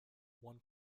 one